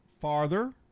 Farther